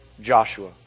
Joshua